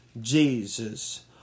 Jesus